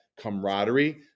camaraderie